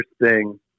interesting